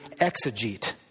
exegete